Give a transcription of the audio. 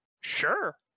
sure